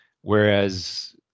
Whereas